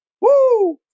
Woo